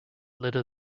litter